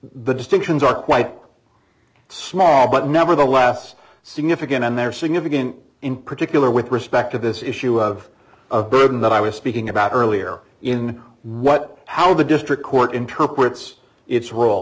the distinctions are quite small but nevertheless significant and they're significant in particular with respect to this issue of a burden that i was speaking about earlier in what how the district court interprets its role